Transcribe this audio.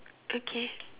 okay